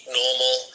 normal